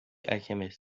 alchemist